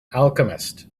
alchemist